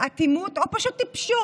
אטימות או פשוט טיפשות,